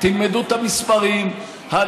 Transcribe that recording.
זאת החוזקה באיתנות פיננסית, תלמדו את המספרים.